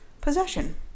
possession